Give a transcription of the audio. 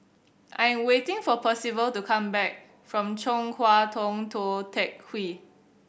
I'm waiting for Percival to come back from Chong Hua Tong Tou Teck Hwee